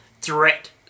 threat